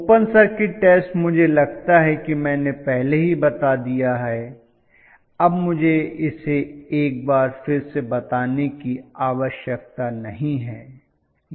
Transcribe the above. open circuit test मुझे लगता है कि मैंने पहले ही बता दिया है अब मुझे इसे एक बार फिर से बताने की आवश्यकता नहीं है